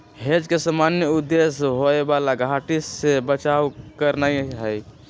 hedge के सामान्य उद्देश्य होयबला घट्टी से बचाव करनाइ हइ